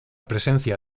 presencia